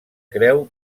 creu